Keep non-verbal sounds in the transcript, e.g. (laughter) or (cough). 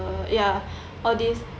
ya (breath) all these